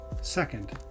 Second